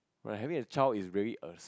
like having a child is really a